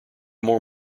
more